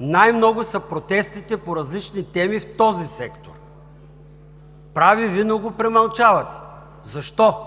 най-много са протестите по различни теми в този сектор? Прави Ви, но го премълчавате. Защо?